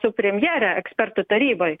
su premjere ekspertų taryboj